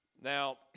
Now